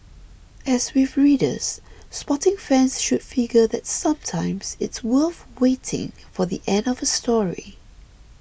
as with readers sporting fans should figure that sometimes it's worth waiting for the end of a story